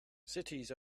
cities